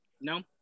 No